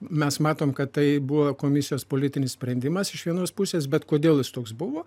mes matom kad tai buvo komisijos politinis sprendimas iš vienos pusės bet kodėl jis toks buvo